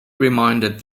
reminded